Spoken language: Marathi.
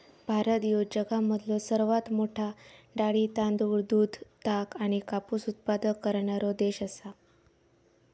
भारत ह्यो जगामधलो सर्वात मोठा डाळी, तांदूळ, दूध, ताग आणि कापूस उत्पादक करणारो देश आसा